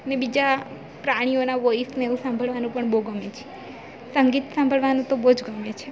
ને બીજા પ્રાણીઓના વોઈસને એવું સાંભળવાનું પણ બહુ ગમે છે સંગીત સાંભળવાનું તો બોવ જ ગમે છે